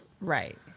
Right